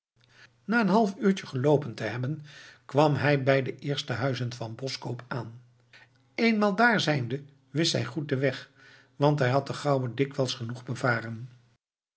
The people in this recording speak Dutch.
na een half uurtje geloopen te hebben kwam hij bij de eerste huizen van boskoop aan eenmaal dààr zijnde wist hij goed den weg want hij had de gouwe dikwijls genoeg bevaren